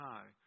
High